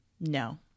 No